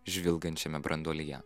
žvilgančiame branduolyje